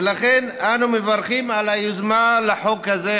ולכן אנו מברכים על היוזמה לחוק הזה,